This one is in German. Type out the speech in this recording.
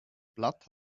blatt